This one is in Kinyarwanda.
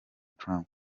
trump